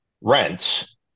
rents